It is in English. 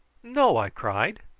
no! i cried.